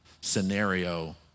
scenario